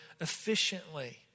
efficiently